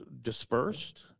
dispersed